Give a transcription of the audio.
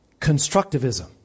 constructivism